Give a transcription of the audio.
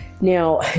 now